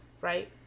right